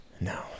no